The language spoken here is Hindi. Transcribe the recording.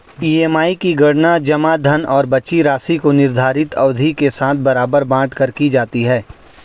ई.एम.आई की गणना जमा धन और बची राशि को निर्धारित अवधि के साथ बराबर बाँट कर की जाती है